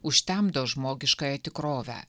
užtemdo žmogiškąją tikrovę